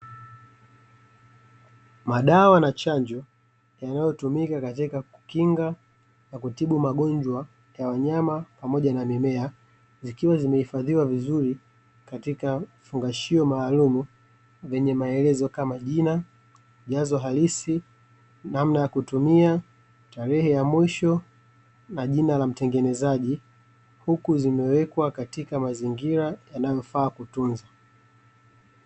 Madawa na chanjo yanayotumika katika kukinga na kutibu magonjwa ya wanyama pamoja na mimea, zikiwa zimehifadhiwa vizuri katika vifungashio maalumu vyenye maelezo kama: jina, ujazo halisi, namna ya kutumia, tarehe ya mwisho na jina la mtengenezaji. Huku zimewekwa katika mazingira yanayofaa kutunza.